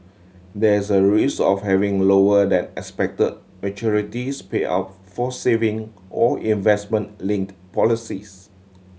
there is a risk of having lower than expected maturity payout for saving or investment linked policies